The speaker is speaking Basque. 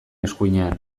eskuinean